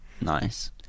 nice